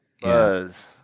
Buzz